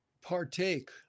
partake